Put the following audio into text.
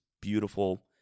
beautiful